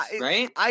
Right